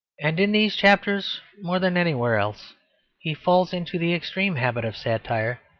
and in these chapters more than anywhere else he falls into the extreme habit of satire,